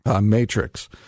matrix